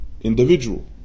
individual